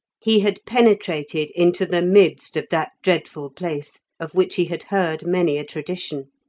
he had penetrated into the midst of that dreadful place, of which he had heard many a tradition